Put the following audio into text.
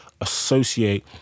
associate